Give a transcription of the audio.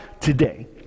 today